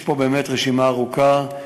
יש פה באמת רשימה ארוכה.